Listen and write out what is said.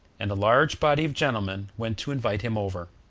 and a large body of gentlemen went to invite him over.